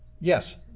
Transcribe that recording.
Yes